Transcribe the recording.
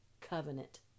covenant